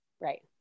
right